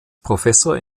professor